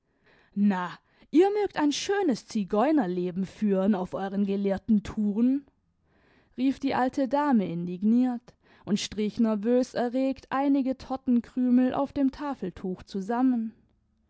na ihr mögt ein schönes zigeunerleben führen auf euren gelehrten touren rief die alte dame indigniert und strich nervös erregt einige tortenkrümel auf dem tafeltuch zusammen